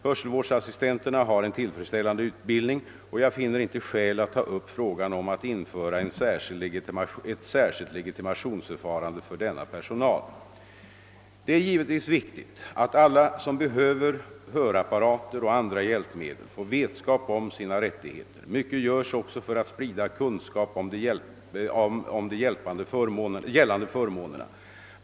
Hörselvårdsassistenterna har en tillfredsställande utbildning, och jag finner inte skäl att ta upp frågan om att införa ett särskilt legitimationsförfarande för denna personal. Det är givetvis viktigt att alla som behöver hörapparater och andra hjälpmedel får vetskap om sina rättigheter. Mycet görs också för att sprida kunskap om de gällande förmånerna.